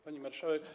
Pani Marszałek!